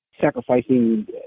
sacrificing